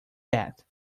that